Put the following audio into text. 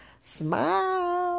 Smile